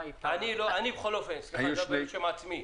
אני מדבר בשם עצמי.